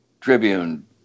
Tribune